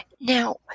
Now